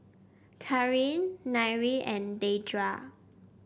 Karin Nyree and Deidra